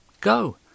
Go